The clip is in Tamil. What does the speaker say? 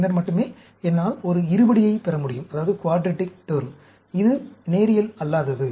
பின்னர் மட்டுமே என்னால் ஒரு இருபடியைப் பெற முடியும் இது நேரியல் அல்லாதது